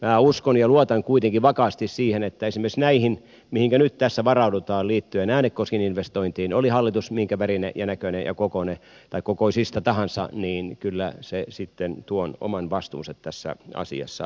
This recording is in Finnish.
minä uskon ja luotan kuitenkin vakaasti siihen että myös näihin minkä nyt tässä esimerkiksi liittyen äänekosken investointiin oli hallitus minkä värinen ja näköinen ja kokoisista tahansa kyllä se sitten tuon oman vastuunsa tässä asiassa hoitaa